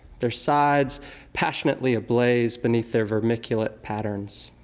their sides passionately ablaze beneath their vermiculate patterns.